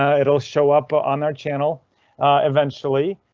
ah it will show up ah on our channel eventually.